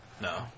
No